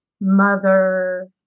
mother